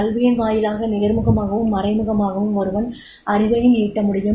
கல்வியின் வாயிலாக நேர்முகமாகவும் மறைமுகமாகவும் ஒருவன் அறிவையும் ஈட்டமுடியும்